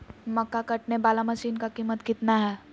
मक्का कटने बाला मसीन का कीमत कितना है?